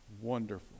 Wonderful